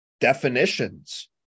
definitions